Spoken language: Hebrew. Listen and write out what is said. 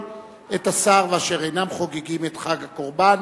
את השר ואשר אינם חוגגים את חג הקורבן,